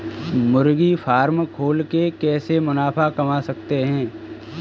मुर्गी फार्म खोल के कैसे मुनाफा कमा सकते हैं?